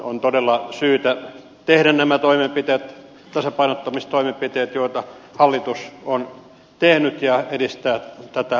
on todella syytä tehdä nämä tasapainottamistoimenpiteet joita hallitus on tehnyt ja edistää tätä reittiä